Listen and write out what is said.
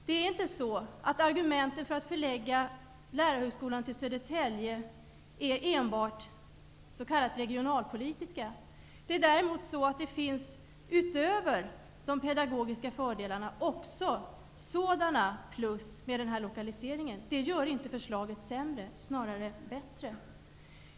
Det är inte så att argumenten för att förlägga regionalpolitiska. Det finns däremot, utöver de pedagogiska fördelarna, också sådana plus med den här lokaliseringen -- det gör inte förslaget sämre, snarare bättre.